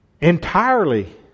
entirely